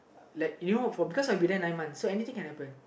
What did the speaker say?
like you because I'll be there nine months so anything can happen